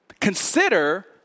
consider